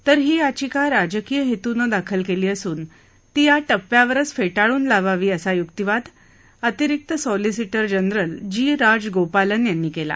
तर ही याचिका राजकीय हेतूनं दाखल केली असून ती या टप्प्यावरच फेटाळून लावावी असा युक्तीवाद अतिरिक्त solicitor general G Raj Gopalan यांनी केला